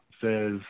Says